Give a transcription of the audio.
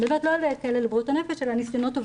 אני לא מדברת על כאלה של בריאות הנפש אלא נסיונות אובדניים.